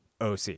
oc